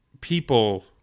people